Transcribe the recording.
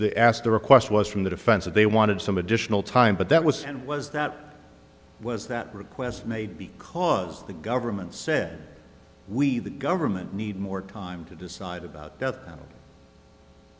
the ask the request was from the defense that they wanted some additional time but that was and was that was that request made because the government said we the government need more time to decide about